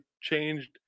changed